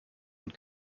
und